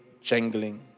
jangling